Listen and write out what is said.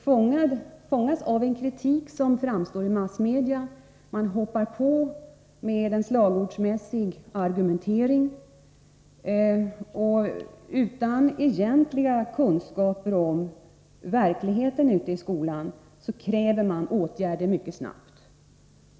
Man fångas av en kritik som framställs i massmedia och hoppar på olika företeelser med en slagordsmässig argumentering, och utan egentliga kunskaper om verkligheten ute i skolan kräver man åtgärder mycket snabbt.